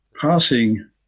passing